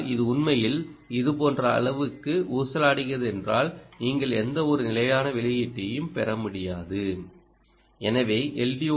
ஆனால் இது உண்மையில் இதுபோன்ற அளவுக்கு ஊசலாடுகிறது என்றால் நீங்கள் இங்கு எந்தவொரு நிலையான வெளியீட்டையும் பெற முடியாது எனவே எல்